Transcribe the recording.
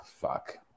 fuck